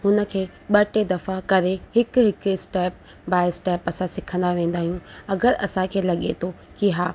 हुन खे ॿ टे दफ़ा करे हिकु हिकु स्टेप बाए स्टेप असां सिखंदा वेंदा आहियूं अगरि असांखे लॻे थो की हा